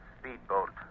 speedboat